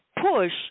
push